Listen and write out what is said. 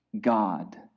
God